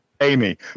Amy